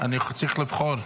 אני צריך לבחור,